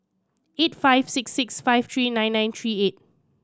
eight five six six five three nine nine three eight